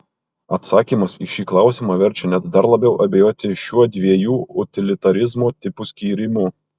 atsakymas į šį klausimą verčia net dar labiau abejoti šiuo dviejų utilitarizmo tipų skyrimu